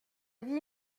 vie